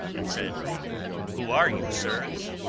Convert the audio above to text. and said who are you, sirs?